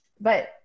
But-